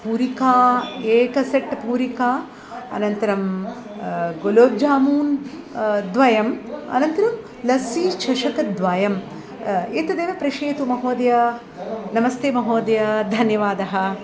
पूरिका एक सेट् पूरिका अनन्तरं गुलोब् जामून् द्वयम् अनन्तरं लस्सि चषकद्वयम् एतदेव प्रेषयतु महोदय नमस्ते महोदय धन्यवादः